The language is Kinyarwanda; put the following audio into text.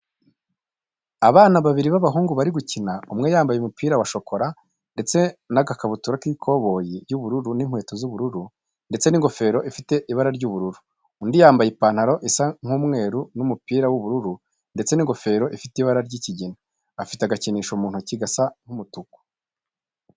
Abana babiri b'abahungu bari gukina, umwe yambaye umupira wa shokora ndetse n'ikabutura y'ikoboyi y'ubururu n'inkweto z'ubururu ndetse n'ingofero ifite ibara ry'ubururu, undi yambaye ipantaro isa nk'umweru n'umupira w'ubururu ndetse n'ingofero ifite ibara ry'ikigina, afite agakinisho mu ntoki gasa nk'umutuku.